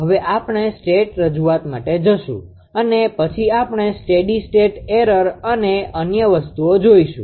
હવે આપણે સ્ટેટ રજૂઆત માટે જશું અને પછી આપણે સ્ટેડી સ્ટેટ એરર અને અન્ય વસ્તુઓ જોઈશું